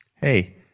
Hey